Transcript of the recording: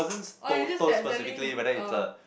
orh you just tell telling orh